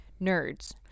nerds